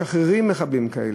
אנחנו משחררים מחבלים כאלה.